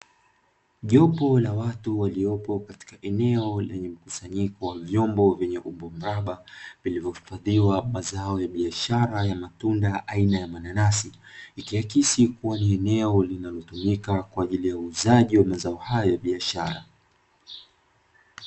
Jopo la watu waliopo katika eneo lenye mkusanyiko wa vyombo vyenye umbo mraba vilivyohifadhiwa mazao ya biashara ya matunda aina ya mananasi, ikiakisi kuwa ni eneo linalotumika kwa ajili ya uuzaji wa mazao hayo ya biashara.